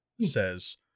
says